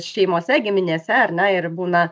šeimose giminėse ar ne ir būna